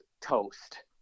toast